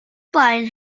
blaen